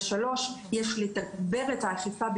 ג' יש לתגבר את האכיפה,